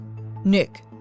Nick